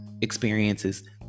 experiences